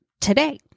today